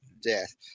death